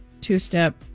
two-step